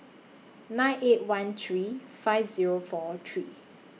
nine eight one three five Zero four three